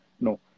No